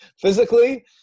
physically